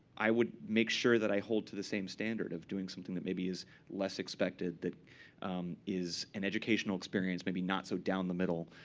i would make sure that i hold to the same standard of doing something that maybe is less expected, that is an educational experience, maybe not so down the middle.